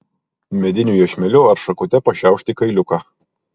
mediniu iešmeliu ar šakute pašiaušti kailiuką